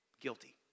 guilty